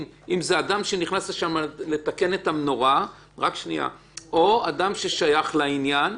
אם זה אדם שנכנס לשם לתקן את המנורה או אדם ששייך לעניין.